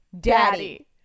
daddy